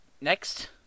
next